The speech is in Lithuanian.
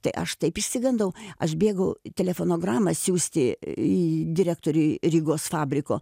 tai aš taip išsigandau aš bėgau į telefonogramą siųsti į direktoriui rygos fabriko